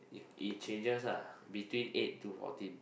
it it changes lah between eight to fourteen